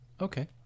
Okay